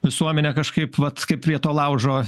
visuomenę kažkaip vat kaip prie to laužo